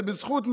זה בזכות,